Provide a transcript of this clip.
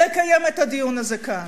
לקיים את הדיון הזה כאן.